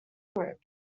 group